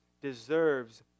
deserves